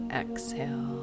exhale